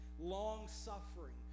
long-suffering